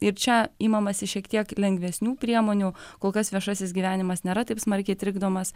ir čia imamasi šiek tiek lengvesnių priemonių kol kas viešasis gyvenimas nėra taip smarkiai trikdomas